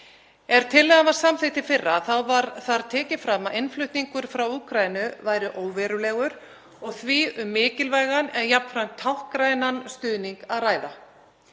Er tillagan var samþykkt í fyrra var þar tekið fram að innflutningur frá Úkraínu væri óverulegur og því um mikilvægan en jafnframt táknrænan stuðning að ræða.